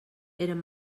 eren